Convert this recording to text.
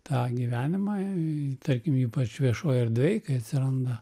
tą gyvenimą tarkim ypač viešoj erdvėj kai atsiranda